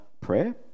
prayer